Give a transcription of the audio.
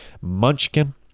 Munchkin